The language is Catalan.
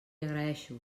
agraeixo